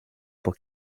pour